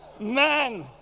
man